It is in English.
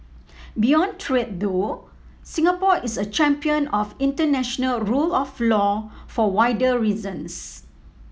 beyond trade though Singapore is a champion of international rule of law for wider reasons